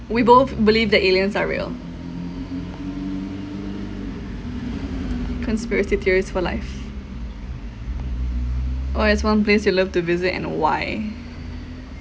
we both believe that aliens are real conspiracy theories for life what is one place you'd love to visit and why